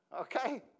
okay